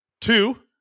two